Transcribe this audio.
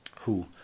who